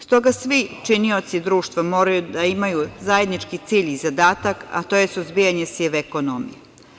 S toga svi činioci društva moraju da imaju zajednički cilj i zadatak, a to je suzbijanje sive ekonomije.